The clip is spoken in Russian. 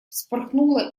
вспорхнула